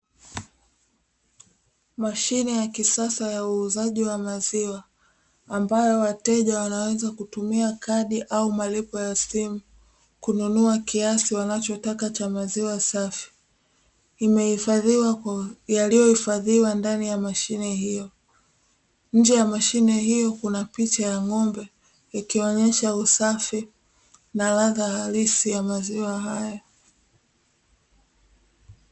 Mashine ya kisasa ya uuzaji wa maziwa ambayo wateja wanaweza kutumia kadi au malipo ya simu kununua kiasi wanachotaka cha maziwa safi yaliyohifadhiwa ndani ya mashine hiyo, nje ya mashine hiyo kuna picha ya ng'ombe ikionyesha usafi na radha halisi ya maziwa hayo.